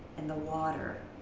in the water,